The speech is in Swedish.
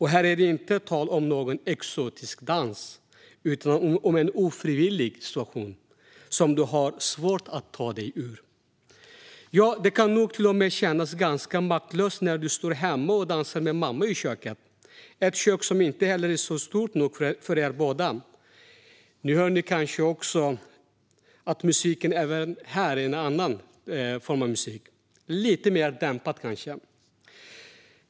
Här är det inte tal om någon exotisk dans utan om en ofrivillig situation som du har svårt att ta dig ur. Ja, det kan nog till och med kännas ganska maktlöst när du står hemma och dansar med mamma i köket, ett kök som inte heller är stort nog för er båda. Ni hör nu kanske också att musiken även här är en annan form av musik, lite mer dämpad kanske.